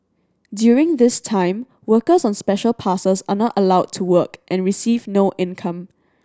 during this time workers on Special Passes are not allowed to work and receive no income